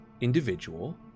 individual